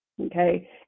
okay